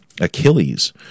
Achilles